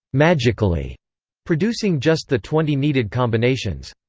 magically producing just the twenty needed combinations.